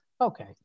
Okay